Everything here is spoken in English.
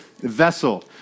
vessel